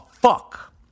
fuck